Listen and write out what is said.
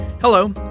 Hello